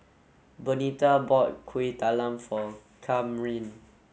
Benita bought Kuih Talam for Camryn